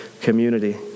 community